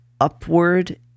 upward